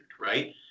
right